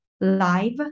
live